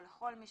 או לכל מי